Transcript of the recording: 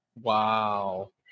wow